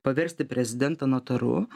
paversti prezidentą notaru